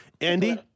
Andy